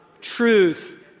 truth